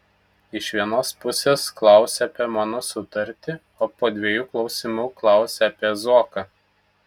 iš vienos pusės klausi apie mano sutartį o po dviejų klausimų klausi apie zuoką